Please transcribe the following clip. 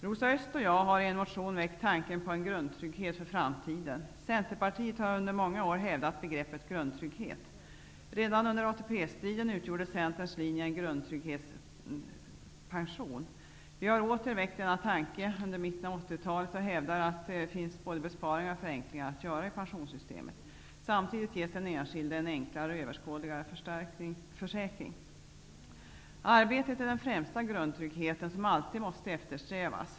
Rosa Östh och jag har i en motion väckt tanken på en grundtrygghet för framtiden. Centerpartiet har under många år hävdat begreppet grundtrygg het. Redan under ATP-striden utgjorde Centerns linje en grundtrygghetspension. Vi har åter väckt denna tanke under mitten av 80-talet och hävdar att det finns både besparingar och förenklingar att göra i pensionssystemet. Samtidigt ges den en skilde en enklare och överskådligare försäkring. Arbetet är den främsta grundtryggheten, som alltid måste eftersträvas.